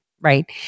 right